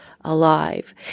alive